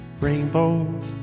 Rainbows